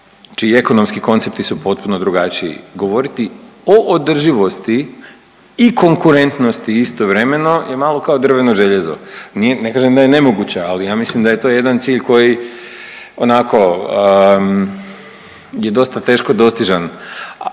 čiji ekonomski koncepti su potpuno drugačiji. Govoriti o održivosti i konkurentnosti istovremeno je malo kao drveno željezo. Ne kažem da je nemoguće, ali ja mislim da je to jedan cilj koji onako je dosta teško dostižan.